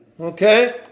okay